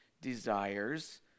desires